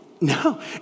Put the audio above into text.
No